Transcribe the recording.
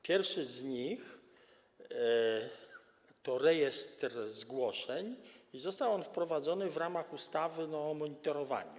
Pierwszy z nich to rejestr zgłoszeń i został on wprowadzony w ramach ustawy o monitorowaniu.